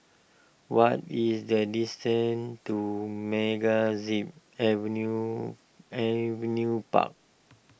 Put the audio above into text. what is the distance to MegaZip Avenue Avenue Park